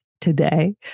today